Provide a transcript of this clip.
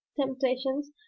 temptations